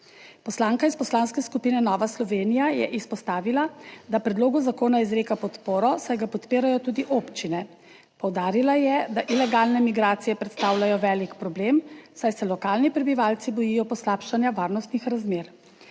Poslanka iz Poslanske skupine Nova Slovenija je izpostavila, da predlogu zakona izreka podporo, saj ga podpirajo tudi občine. Poudarila je, da ilegalne migracije predstavljajo velik problem, saj se lokalni prebivalci bojijo poslabšanja varnostnih razmer.